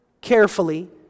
carefully